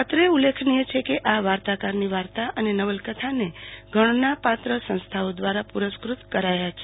અત્રે ઉલ્લેખનીય છે કે આ વાર્તાકાર ની વાર્તા અને નવલકથાને ગણનાપત્ર સંસ્થાઓ દ્વારા પુરસ્કૃત કરાયા છે